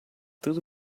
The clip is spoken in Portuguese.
tudo